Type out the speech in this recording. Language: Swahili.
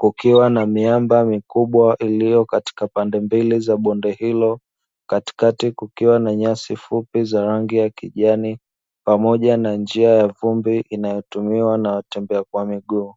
kukiwa na miamba mikubwa iliyo katika pande mbili za bonde hilo katikati kukiwa na nyasi fupi za rangi ya kijani pamoja na njia ya vumbi inayotumiwa na watembea kwa miguu.